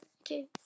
okay